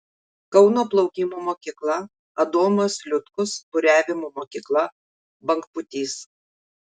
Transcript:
kauno plaukimo mokykla adomas liutkus buriavimo mokykla bangpūtys